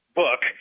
book